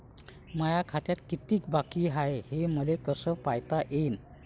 माया खात्यात कितीक बाकी हाय, हे मले कस पायता येईन?